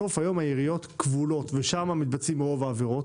היום העיריות כבולות ובשטחן מתבצעות רוב העבירות.